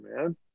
man